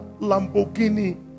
Lamborghini